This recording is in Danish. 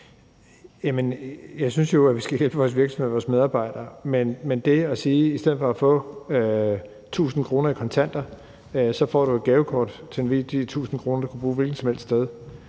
jeg synes jo, at vi skal hjælpe vores virksomheder og vores medarbejdere. Men det at sige, at i stedet for at få 1.000 kr. i kontanter får du et gavekort til 1.000 kr., du kan bruge et hvilket som helst sted,